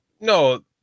no